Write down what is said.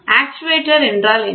actuator என்றால் என்ன